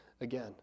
again